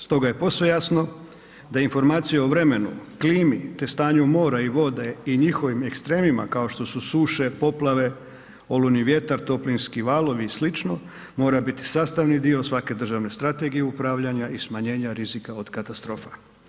Stoga je posve jasno da informacije o vremenu, klimi te stanju mora i vode i njihovim ekstremima, kao što su suše, poplave, olujni vjetar, toplinski valovi i sl. mora biti sastavni dio svake državne strategije upravljanja i smanjenja rizika od katastrofa.